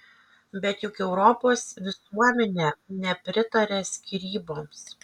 bet juk europos visuomenė nepritaria skyryboms